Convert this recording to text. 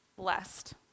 blessed